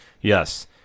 Yes